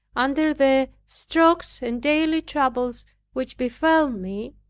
under the strokes and daily troubles which befell me,